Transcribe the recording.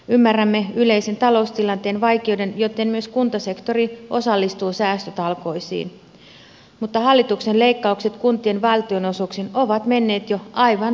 ymmärrämme yleisen taloustilanteen vaikeuden joten myös kuntasektori osallistuu säästötalkoisiin mutta hallituksen leikkaukset kuntien valtionosuuksiin ovat menneet jo aivan liian pitkälle